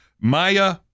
Maya